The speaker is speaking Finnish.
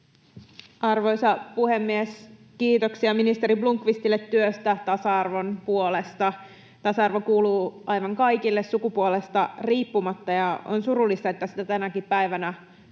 Arvoisa puhemies! Kiitoksia ministeri Blomqvistille työstä tasa-arvon puolesta. Tasa-arvo kuuluu aivan kaikille sukupuolesta riippumatta, ja on surullista, että sitä tänäkin päivänä